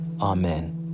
Amen